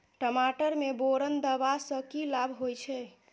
टमाटर मे बोरन देबा सँ की लाभ होइ छैय?